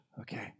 Okay